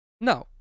no